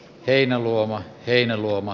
heinäluoma heinäluoma